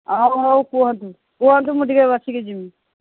ହଉ ହଉ କୁହନ୍ତୁ କୁହନ୍ତୁ ମୁଁ ଟିକିଏ ବସିକି ଯିବି